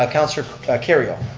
councilor kerrio?